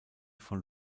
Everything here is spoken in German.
von